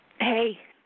Hey